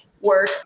work